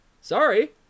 Sorry